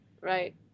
Right